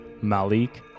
Malik